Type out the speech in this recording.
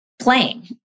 playing